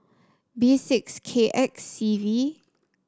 B six K X C V